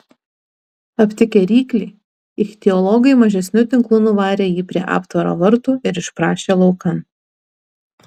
aptikę ryklį ichtiologai mažesniu tinklu nuvarė jį prie aptvaro vartų ir išprašė laukan